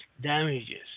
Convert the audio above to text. damages